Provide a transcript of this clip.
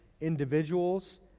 individuals